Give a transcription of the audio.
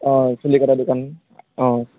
অঁ চুলি কটা দোকান অঁ